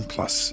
Plus